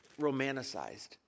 romanticized